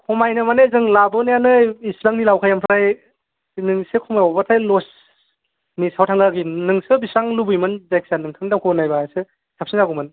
खमायनो माने जों लाबोनायानो एसेबांनि लाबोखायो ओमफ्राय नोंसिनो खमायबावबाथाय लसनि सायाव थाङो आरोखि नोंसो बेसेबां लुबैयोमोन जायखिजाया नोंथांनि दामखौ होननायबा एसे साबसिन जागौमोन